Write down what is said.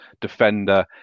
defender